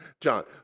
John